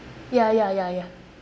ya ya ya ya